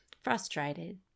frustrated